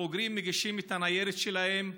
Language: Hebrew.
הבוגרים מגישים את הניירת שלהם,